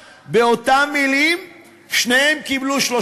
ויושב-ראש הכנסת מבקש קשרים דתיים ורוחניים,